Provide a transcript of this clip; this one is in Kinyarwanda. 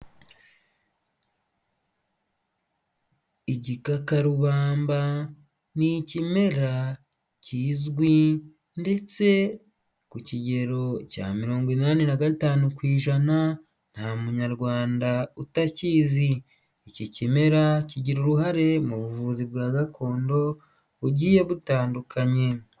Igikakarubamba ni ikimera kizwi ndetse ku kigero cya mirongo inani na gatanu ku ijana nta munyarwanda utakizi. Iki kimera kigira uruhare mu buvuzi bwa gakondo bugiye butandukanye.